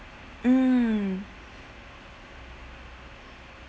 mm